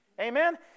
Amen